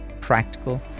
practical